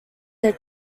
their